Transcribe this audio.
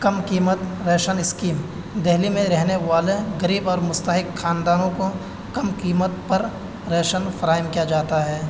کم قیمت ration scheme Delhi میں رہنے والے غریب اور مستحق خاندانوں کو کم قیمت پر راشن فراہم کیا جاتا ہے